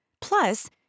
plus